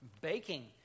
baking